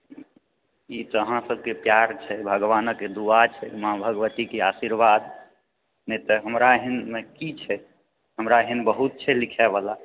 ई तऽ अहाँ सबके प्यार छै भगवानक दुआ छै माँ भगवती के आशीर्वाद नहि तऽ हमरा एहन मे की छै हमरा एहन बहुत छै लिखे वाला